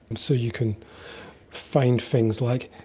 so you can find things like.